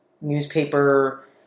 newspaper